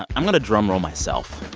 i'm going to drumroll myself.